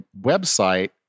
website